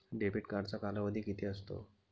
Debit कार्डचा कालावधी किती असतो?